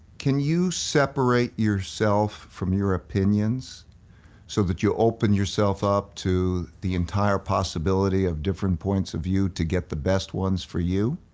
can you separate yourself from your opinions so that you open yourself up to the entire possibility of different points of view to get the best ones for you?